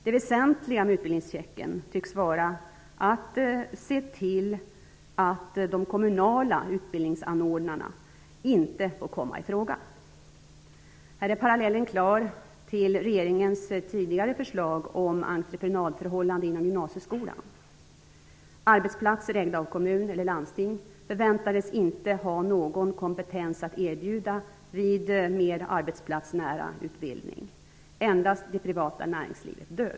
Det väsentliga med utbildningschecken tycks vara att se till att de kommunala utbildningsanordnarna inte får komma ifråga. Här är parallellen till regeringens tidigare förslag om entreprenadförhållande inom gymnasieskolan klar. Arbetsplatser ägda av kommun eller landsting förväntades inte ha någon kompetens att erbjuda vid mer arbetsplatsnära utbildning. Endast det privata näringslivet dög.